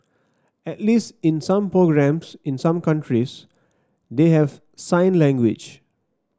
at least in some programmes in some countries they have sign language